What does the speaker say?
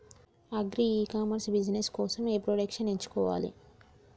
Agri e commerce business కోసము ఏ products ఎంచుకోవాలి?